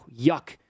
yuck